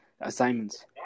assignments